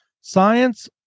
science